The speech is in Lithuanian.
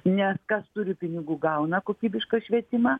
nes kas turi pinigų gauna kokybišką švietimą